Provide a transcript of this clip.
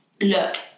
look